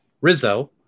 Rizzo